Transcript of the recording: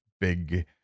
big